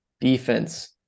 defense